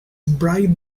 bright